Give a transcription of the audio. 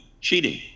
cheating